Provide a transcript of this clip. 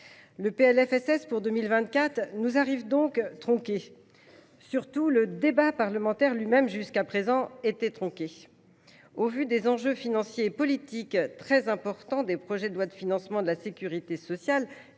Le PLFSS pour 2024 nous arrive donc tronqué. Surtout, le débat parlementaire lui même a jusqu’à présent été tronqué. Au vu des enjeux financiers et politiques très importants des projets de loi de financement de la sécurité sociale